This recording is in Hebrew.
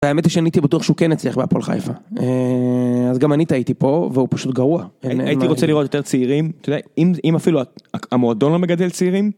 האמת היא שאני הייתי בטוח שהוא כן יצליח בהפועל חיפה אז גם אני טעיתי פה והוא פשוט גרוע הייתי רוצה לראות יותר צעירים אם אפילו המועדון לא מגדל צעירים.